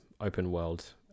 open-world